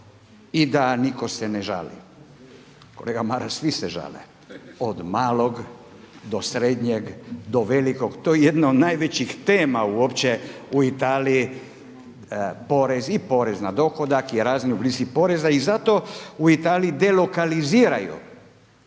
i da nitko se ne žali. Kolega Maras, svi se žale od malog do srednjeg, do velikog. To je jedna od najvećih tema uopće u Italiji porez i porez na dohodak i razni oblici poreza. I zato u Italiji delokaliziraju